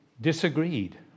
disagreed